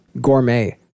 gourmet